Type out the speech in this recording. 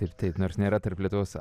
ir taip nors nėra tarp lietuvos